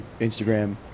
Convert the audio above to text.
Instagram